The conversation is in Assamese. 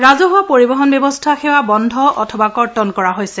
ৰাজহুৱা পৰিবহন ব্যৱস্থা সেৱা বন্ধ অথবা কৰ্তন কৰা হৈছে